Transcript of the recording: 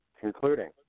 concluding